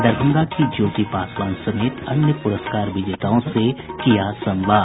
दरभंगा की ज्योति पासवान समेत अन्य पुरस्कार विजेताओं से किया संवाद